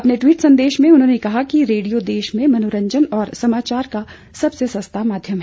अपने ट्वीट संदेश में उन्होंने कहा कि रेडियो देश में मनोरंजन और समचार का सबसे सस्ता माध्यम है